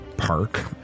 Park